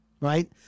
Right